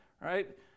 right